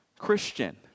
Christian